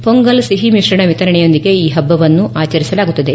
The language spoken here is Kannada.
ಪೊಂಗಲ್ ಸಿಹಿ ಮಿಶ್ರಣ ವಿತರಣೆಯೊಂದಿಗೆ ಈ ಪಬ್ಬವನ್ನು ಆಚರಿಸಲಾಗುತ್ತದೆ